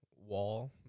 wall